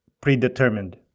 predetermined